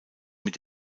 mit